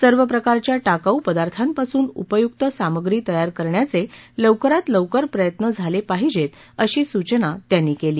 सर्व प्रकारच्या टाकाऊ पदार्थापासून उपयुक सामग्री तयार करण्याचे लवकरात लवकर प्रयत्न झाले पाहिजेत अशी सूचना त्यांनी केली